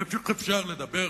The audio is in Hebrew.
איך אפשר לדבר,